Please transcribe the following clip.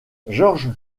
georges